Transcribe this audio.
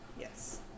Yes